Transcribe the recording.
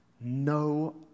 No